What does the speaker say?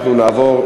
אנחנו נעבור,